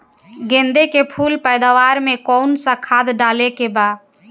गेदे के फूल पैदवार मे काउन् सा खाद डाले के बा?